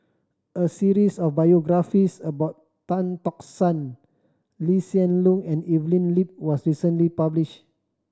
a series of biographies about Tan Tock San Lee Hsien Loong and Evelyn Lip was recently published